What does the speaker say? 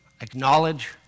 acknowledge